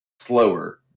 slower